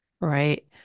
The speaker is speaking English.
right